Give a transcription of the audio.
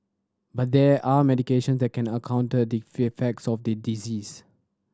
but there are medication that can a counter the effects of the disease